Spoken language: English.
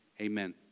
Amen